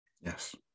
Yes